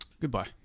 Goodbye